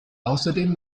außerdem